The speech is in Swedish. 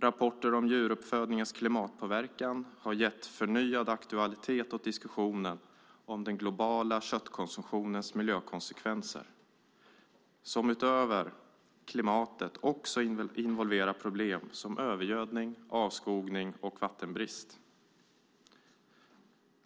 Rapporter om djuruppfödningens klimatpåverkan har gett förnyad aktualitet åt diskussionen om den globala köttkonsumtionens miljökonsekvenser, som utöver klimatet involverar problem som övergödning, avskogning och vattenbrist.